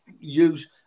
use